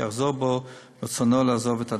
יחזור בו מרצונו לעזוב את "הדסה".